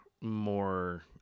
more